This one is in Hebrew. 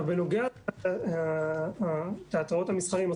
בנוגע לתיאטראות המסחריים,